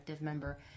member